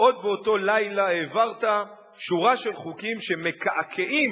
עוד באותו לילה העברת שורה של חוקים שמקעקעים,